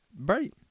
Right